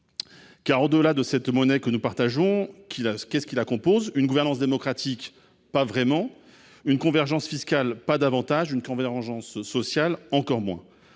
car au-delà de cette monnaie que nous partageons, qu'il a ce qu'est ce qui la composent une gouvernance démocratique, pas vraiment une convergence fiscale pas davantage une convergence sociale, encore moins,